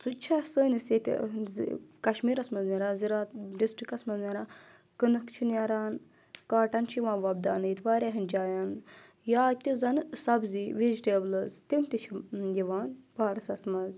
سُہ تہِ چھا سٲنِس ییٚتہِ کشمیٖرَس منٛز نَیٛران زِرات ڈِسٹرکَس مَنٛز نَیٛران کٕنٕکھ چھِ نَیٛران کاٹَن چھِ یِوان وۄپداونہٕ ییٚتہِ واریاہَن جایَن یا تہِ زَنہٕ سَبزی وِجٹَیبٕلز تِم تہِ چھِ یِوان پارَسس مَنٛز